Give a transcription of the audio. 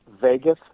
Vegas